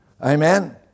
Amen